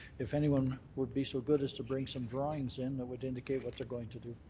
if anyone would be so good as to bring some drawings in that would indicate what they're going to do.